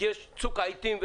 בגלל צוק העתים.